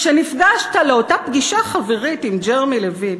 כשנפגשת לאותה פגישה חברית עם ג'רמי לוין